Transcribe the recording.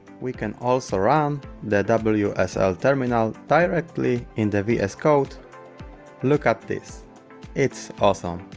we can also run um the wsl terminal directly in the vscode look at this it's awesome